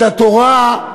את התורה,